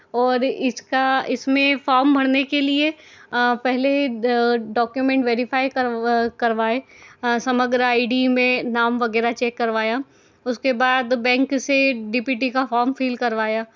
और इसका इसमें फॉर्म भरने के लिए पहले डॉक्यूमेंट वेरीफाई करवाएं समग्र आई डी में नाम वगैरह चेक करवाया उसके बाद बैंक से डी पी टी का फॉर्म फिल करवाया